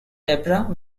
debra